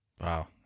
Wow